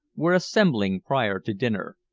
were assembling prior to dinner.